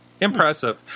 Impressive